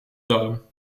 darm